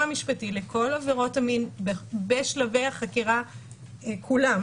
משפטי לכל עבירות המין בשלבי החקירה כולם,